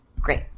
Great